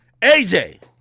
AJ